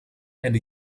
and